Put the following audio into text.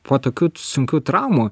po tokių sunkių traumų